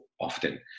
often